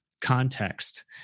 context